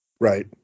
Right